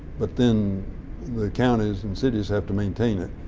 but then the counties and cities have to maintain it.